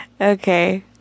Okay